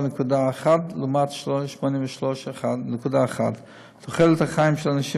84.1 לעומת 83.1. תוחלת החיים של הנשים